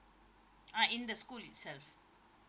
uh in the school itself